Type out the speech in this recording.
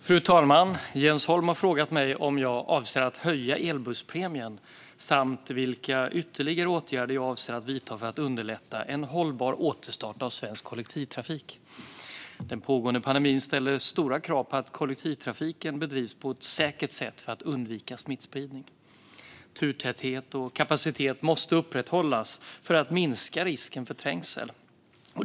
Fru talman! Jens Holm har frågat mig om jag avser att höja elbusspremien samt vilka ytterligare åtgärder jag avser att vidta för att underlätta en hållbar återstart av svensk kollektivtrafik. Den pågående pandemin ställer stora krav på att kollektivtrafiken bedrivs på ett säkert sätt för att undvika smittspridning. Turtäthet och kapacitet måste upprätthållas för att minska risken för trängsel.